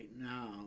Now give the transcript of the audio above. now